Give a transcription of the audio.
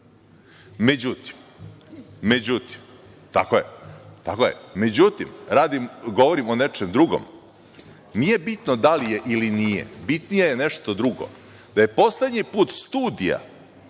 Međutim, tako je, tako je, međutim govorim o nečem drugom, nije bitno da li je ili nije, bitnije je nešto drugo, da je poslednji put Studija